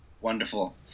Wonderful